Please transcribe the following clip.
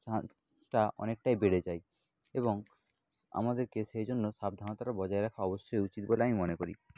চান্সটা অনেকটাই বেড়ে যায় এবং আমাদেরকে সেই জন্য সাবধানতাটা বজায় রাখা অবশ্যই উচিত বলে আমি মনে করি